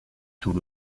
tout